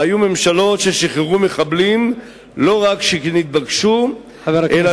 והיו ממשלות ששחררו מחבלים לא רק כשנתבקשו, אלא